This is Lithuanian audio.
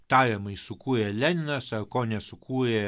tariamai sukūrė leninas ar ko nesukūrė